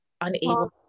unable